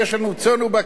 בואו נבנה גדרות,